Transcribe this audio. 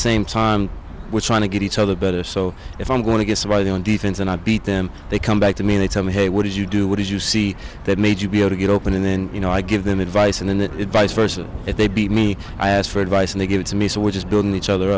same time we're trying to get each other better so if i'm going to get somebody on defense and i beat them they come back to me anytime hey what did you do what did you see that made you be able to get open and then you know i give them advice and vice versa if they beat me i asked for advice and they gave it to me so we're just doing each other